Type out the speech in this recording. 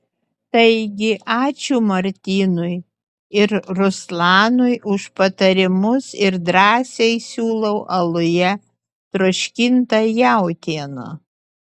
taigi ačiū martynui ir ruslanui už patarimus ir drąsiai siūlau aluje troškintą jautieną